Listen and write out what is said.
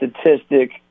statistic